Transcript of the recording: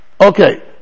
Okay